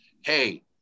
hey